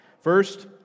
First